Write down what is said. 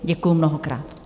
Děkuji mnohokrát.